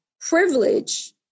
privilege